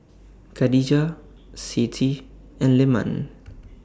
Khadija Siti and Leman